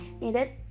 needed